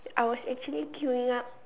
I was actually queuing up